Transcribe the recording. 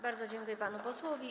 Bardzo dziękuję panu posłowi.